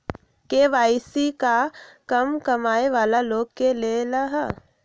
KYC का कम कमाये वाला लोग के लेल है?